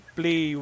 play